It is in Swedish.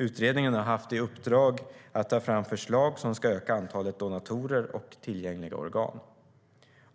Utredningen har haft i uppdrag att ta fram förslag som ska öka antalet donatorer och tillgängliga organ.